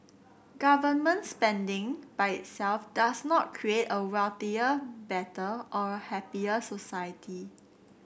government spending by itself does not create a wealthier better or a happier society